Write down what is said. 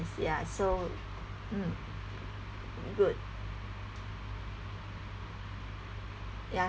ya so mm good ya